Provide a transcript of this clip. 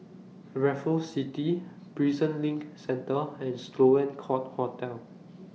Raffles City Prison LINK Centre and Sloane Court Hotel